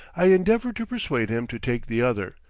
i endeavor to persuade him to take the other,